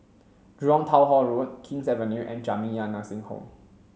Jurong Town Hall Road King's Avenue and Jamiyah Nursing Home